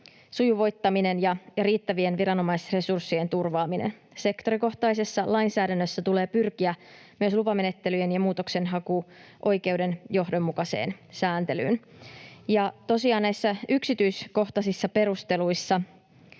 sujuvoittaminen ja riittävien viranomaisresurssien turvaaminen. Sektorikohtaisessa lainsäädännössä tulee pyrkiä myös lupamenettelyjen ja muutoksenhakuoikeuden johdonmukaiseen sääntelyyn. Tosiaan näissä yksityiskohtaisissa perusteluissa